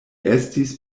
estis